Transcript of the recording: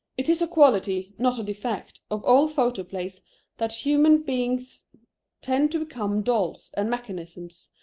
it is a quality, not a defect, of all photoplays that human beings tend to become dolls and mechanisms,